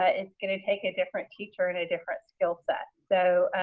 ah it's gonna take a different teacher and a different skillset. so,